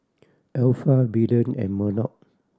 Alpha Belen and Murdock